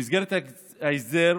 במסגרת ההסדר